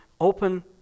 open